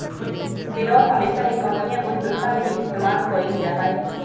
payroll हमेशा ही company या कोई संस्था में ही इस्तेमाल कइल जाहई